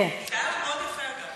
זה היה לך יפה מאוד, אגב.